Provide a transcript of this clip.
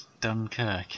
Dunkirk